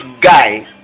guy